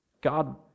God